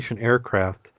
aircraft